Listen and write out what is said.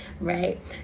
Right